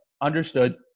Understood